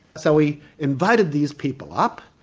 so we invited these people up,